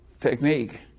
technique